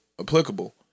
Applicable